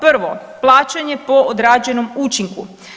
Prvo, plaćanje po odrađenom učinku.